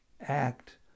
act